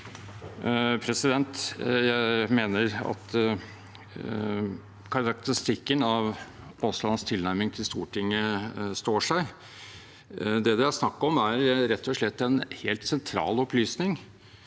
Jeg mener at karakteristikken av statsråd Aaslands tilnærming til Stortinget står seg. Det det er snakk om, er rett og slett en helt sentral opplysning,